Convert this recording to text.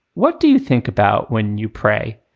what do you think about when you pray?